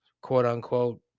quote-unquote